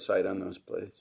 site on those place